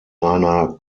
einer